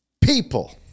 people